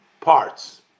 parts